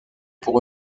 pour